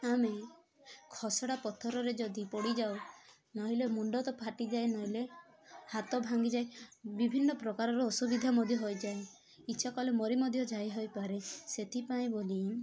ଆମେ ଖସଡ଼ା ପଥରରେ ଯଦି ପଡ଼ିଯାଉ ନହେଲେ ମୁଣ୍ଡ ତ ଫାଟିଯାଏ ନହେଲେ ହାତ ଭାଙ୍ଗିଯାଏ ବିଭିନ୍ନ ପ୍ରକାରର ଅସୁବିଧା ମଧ୍ୟ ହୋଇଯାଏ ଇଚ୍ଛା କଲେ ମରି ମଧ୍ୟ ଯାଇହୋଇପାରେ ସେଥିପାଇଁ ବୋଲି